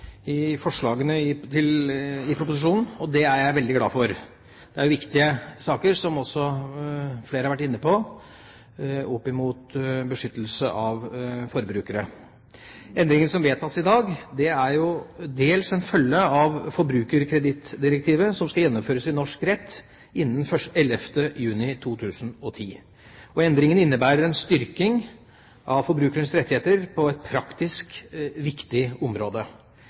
viktige saker, som flere har vært inne på, knyttet til beskyttelse av forbrukere. Endringene som vedtas i dag, er dels en følge av at forbrukerkredittdirektivet skal gjennomføres i norsk rett innen 11. juni 2010. Endringene innebærer en styrking av forbrukernes rettigheter på et praktisk viktig område.